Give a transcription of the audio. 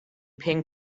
ping